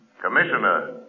Commissioner